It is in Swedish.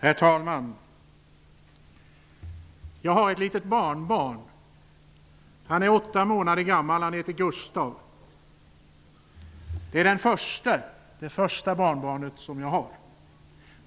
Herr talman! Jag har ett litet barnbarn. Han är åtta månader gammal och heter Gustav. Det är mitt första barnbarn,